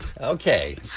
Okay